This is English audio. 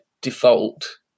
default